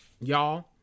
Y'all